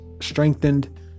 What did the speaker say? strengthened